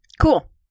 cool